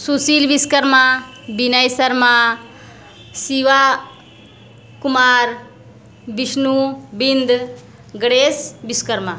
Sushil Vishwakarma Vinay Sharma Shiva Kumar Bishnu Bind Ganesh Vishwakarma